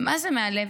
מה זה מהלב.